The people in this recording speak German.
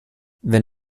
wenn